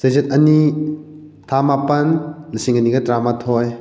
ꯆꯩꯆꯠ ꯑꯅꯤ ꯊꯥ ꯃꯥꯄꯜ ꯂꯤꯁꯤꯡ ꯑꯅꯤꯒ ꯇꯔꯥꯃꯥꯊꯣꯏ